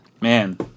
Man